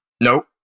Nope